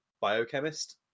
biochemist